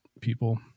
people